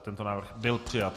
Tento návrh byl přijat.